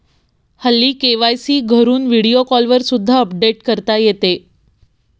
हल्ली के.वाय.सी घरून व्हिडिओ कॉलवर सुद्धा अपडेट करता येते